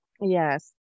Yes